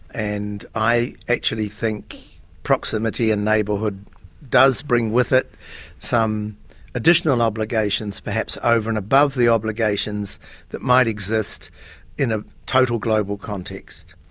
and i actually think proximity and neighbourhood does bring with it some additional obligations, perhaps, over and above the obligations that might exist in a total global context.